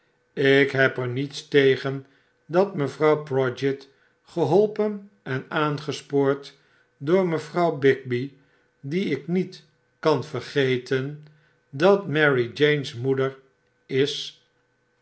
ik heb er niets tegen dat mevrouw prodgit geholpen en aangespoord door mevrouw bigby die ik niet kan vergeten dat marie jane's moeder is